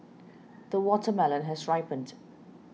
the watermelon has ripened